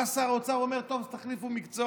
בא שר האוצר, אומר: טוב, תחליפו מקצוע.